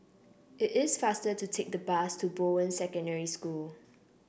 it is faster to take the bus to Bowen Secondary School